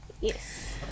Yes